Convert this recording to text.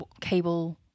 cable